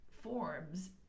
forms